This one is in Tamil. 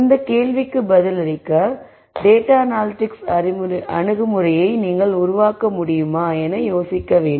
இந்த கேள்விக்கு பதிலளிக்க டேட்டா அனாலிடிக் அணுகுமுறையை நீங்கள் உருவாக்க முடியுமா என யோசிக்க வேண்டும்